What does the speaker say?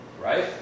Right